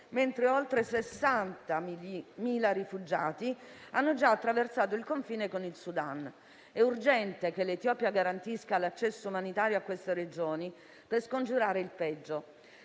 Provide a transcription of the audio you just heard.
mentre oltre 60.000 rifugiati hanno già attraversato il confine con il Sudan. È urgente che l'Etiopia garantisca l'accesso umanitario a queste regioni per scongiurare il peggio.